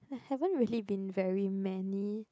I haven't been very many